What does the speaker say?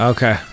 Okay